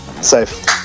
Safe